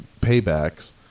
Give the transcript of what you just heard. Paybacks